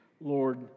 Lord